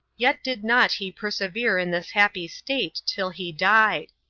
yet did not he persevere in this happy state till he died.